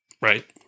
right